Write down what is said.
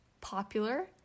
popular